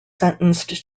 sentenced